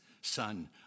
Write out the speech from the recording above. Son